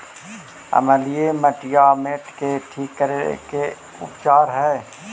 अमलिय मटियामेट के ठिक करे के का उपचार है?